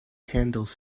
handles